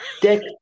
dick